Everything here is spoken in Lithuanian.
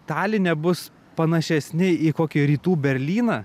taline bus panašesni į kokį rytų berlyną